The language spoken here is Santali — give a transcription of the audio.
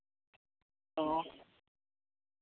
ᱚ